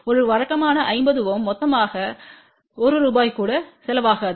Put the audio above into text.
ஒரு வழக்கமான 50 Ω மொத்தமாக resistor0 1 ரூபாய் கூட செலவாகாது